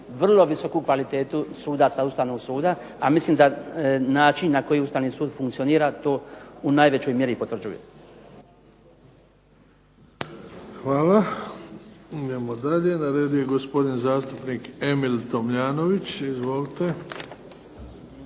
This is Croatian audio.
vrlo visoku kvalitetu sudaca Ustavnog suda, a mislim da način na koji Ustavni sud funkcionira to u najvećoj mjeri potvrđuje. **Bebić, Luka (HDZ)** Hvala. Idemo dalje, na redu je gospodin zastupnik Emil Tomljanović. Izvolite.